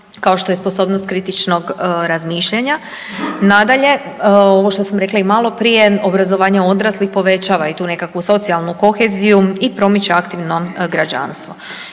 kao što je sposobnost kritičnog razmišljanja, nadalje ovo što sam rekla i maloprije obrazovanje odraslih povećava i tu nekakvu socijalnu koheziju i promiče aktivno građanstvo.